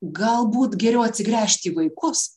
galbūt geriau atsigręžt į vaikus